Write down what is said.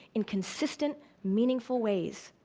in consistent meaningful ways.